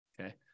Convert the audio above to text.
okay